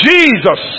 Jesus